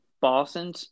Boston